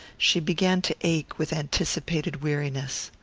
she began to ache with anticipated weariness.